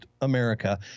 America